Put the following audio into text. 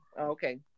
Okay